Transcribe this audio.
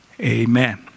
amen